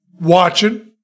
watching